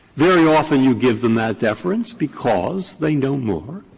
very often you give them that deference because they know more